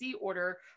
order